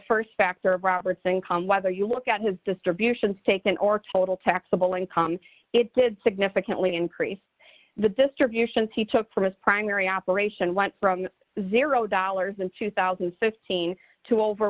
st factor of robert's income whether you look at his distributions taken or total taxable income it did significantly increase the distributions he took from his primary operation went from zero dollars in two thousand and fifteen to over